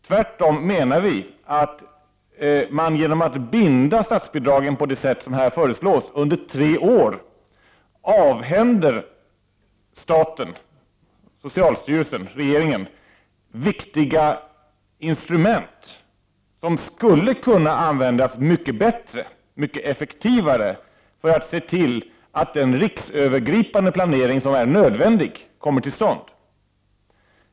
Tvärtom menar vi att man genom att binda statsbidragen på det sätt som här föreslås under tre år avhänder staten, socialstyrelsen, regeringen, viktiga instrument som skulle kunna användas mycket bättre och mycket effektivare för att se till att den riksövergripande planering som är nödvändig kommer till stånd.